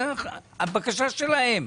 הבקשה שלהם,